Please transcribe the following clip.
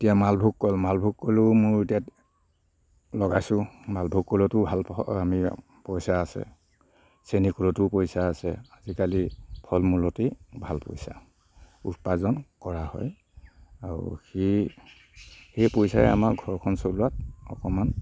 এতিয়া মালভোগ কল মালভোগ কলও মোৰ এতিয়া লগাইছোঁ মালভোগ কলতো ভাল আমি পইচা আছে চেনি কলতো পইচা আছে আজিকালি ফলমূলতেই ভাল পইচা উপাৰ্জন কৰা হয় আৰু সেই সেই পইচাই আমাৰ ঘৰখন চলোৱাত অকণমান